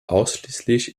ausschließlich